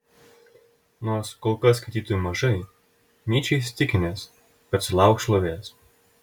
nors kol kas skaitytojų mažai nyčė įsitikinęs kad sulauks šlovės